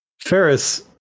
ferris